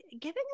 giving